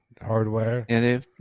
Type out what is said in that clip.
hardware